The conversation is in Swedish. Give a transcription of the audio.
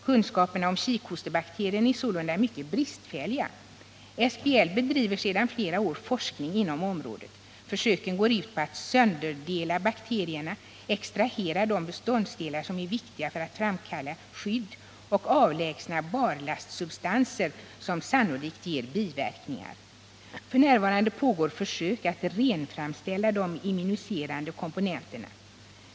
Kunskaperna om kikhostebakterien är sålunda mycket bristfälliga. SBL bedriver sedan flera år tillbaka forskning inom området. Försöken går ut på att sönderdela bakterierna, extrahera de beståndsdelar som är viktiga för framkallandet av skydd och avlägsna barlastsubstanser som sannolikt ger biverkningar. F. n. pågår försök att renframställa de immuniserande komponenterna.